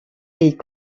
est